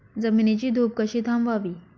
जमिनीची धूप कशी थांबवावी?